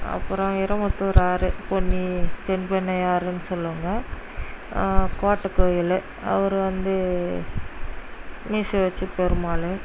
அப்புறம் வைரமுத்துார் ஆறு பொன்னி தென்பெண்ணை ஆறுன்னு சொல்லுவாங்க கோட்டை கோயில் அவர் வந்து மீசை வைச்ச பெருமாள்